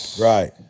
Right